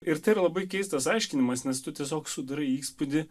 ir tai yra labai keistas aiškinimas nes tu tiesiog sudarai įspūdį